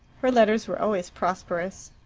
her letters were always prosperous.